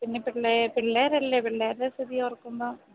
പിന്നെ പിള്ളേരല്ലേ പിള്ളേരുടെ സ്ഥിതി ഓർക്കുമ്പോള്